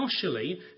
partially